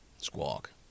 Squawk